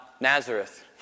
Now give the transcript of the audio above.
Nazareth